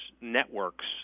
networks